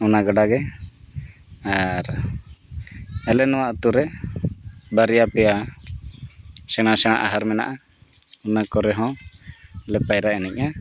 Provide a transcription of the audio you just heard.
ᱚᱱᱟ ᱜᱟᱰᱟᱜᱮ ᱟᱨ ᱟᱞᱮ ᱱᱚᱣᱟ ᱟᱹᱛᱩᱨᱮ ᱵᱟᱨᱭᱟ ᱯᱮᱭᱟ ᱥᱮᱬᱟ ᱥᱮᱬᱟ ᱟᱦᱟᱨ ᱢᱮᱱᱟᱜᱼᱟ ᱚᱱᱟ ᱠᱚᱨᱮ ᱦᱚᱸᱞᱮ ᱯᱟᱭᱨᱟ ᱮᱱᱮᱡᱼᱟ